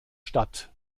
statt